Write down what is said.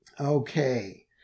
Okay